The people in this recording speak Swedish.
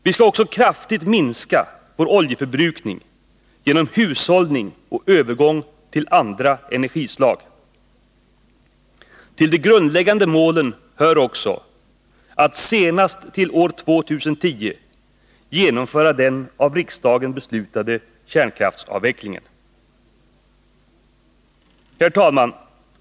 Vi skall också kraftigt minska vår oljeförbrukning genom hushållning och övergång till andra energislag. Till de grundläggande målen hör också att senast till år 2010 genomföra den av riksdagen beslutade kärnkraftsavvecklingen. Herr talman!